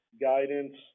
guidance